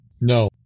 No